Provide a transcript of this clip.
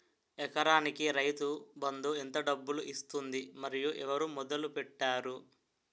ఎకరానికి రైతు బందు ఎంత డబ్బులు ఇస్తుంది? మరియు ఎవరు మొదల పెట్టారు?